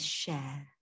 share